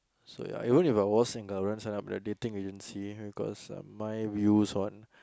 so ya even If I was single I wouldn't sign up with a dating agency because my views on